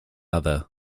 other